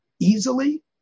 easily